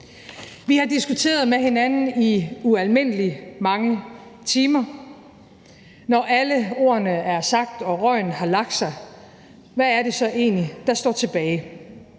Vi har diskuteret med hinanden i ualmindelig mange timer. Når alle ordene er sagt og røgen har lagt sig, hvad er det så egentlig, der står tilbage?